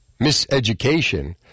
miseducation